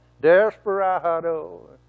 Desperado